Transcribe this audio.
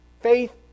Faith